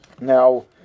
Now